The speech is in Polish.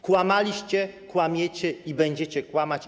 Kłamaliście, kłamiecie i będziecie kłamać.